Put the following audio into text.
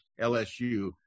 LSU